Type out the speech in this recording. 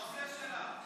היא לא יכלה לגנוב את זה.